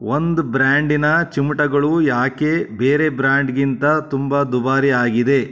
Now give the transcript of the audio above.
ಒಂದು ಬ್ರ್ಯಾಂಡಿನ ಚಿಮುಟಗಳು ಯಾಕೆ ಬೇರೆ ಬ್ರ್ಯಾಂಡ್ಗಿಂತ ತುಂಬ ದುಬಾರಿ ಆಗಿದೆ